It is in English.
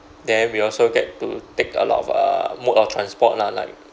then we also get to take a lot of uh mode of transport lah like